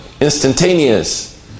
instantaneous